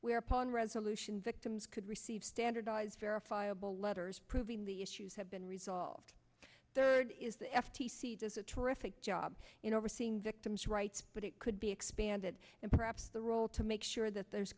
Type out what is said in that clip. whereupon resolution victims could receive standardized verifiable letters proving the issues have been resolved third is the f t c does a terrific job in overseeing victims rights but it could be expanded and perhaps the role to make sure that there's